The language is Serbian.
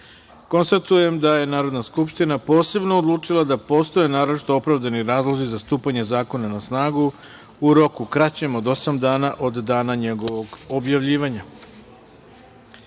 jedan. Konstatujem da je Narodna skupština posebno odlučila da postoje naročito opravdani razlozi za stupanje zakona na snagu u roku kraćem od osam dana od dana njegovog objavljivanja. Pristupamo